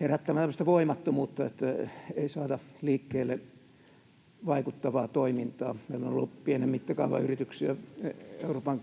herättävän tämmöistä voimattomuutta, että ei saada liikkeelle vaikuttavaa toimintaa. Meillä on ollut pienen mittakaavan yrityksiä Euroopan